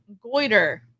goiter